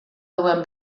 duen